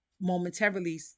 momentarily